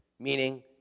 Meaning